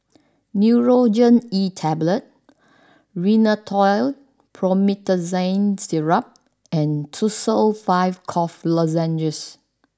Nurogen E Tablet Rhinathiol Promethazine Syrup and Tussils five Cough Lozenges